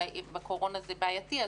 אבל בקורונה זה בעייתי,